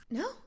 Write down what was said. no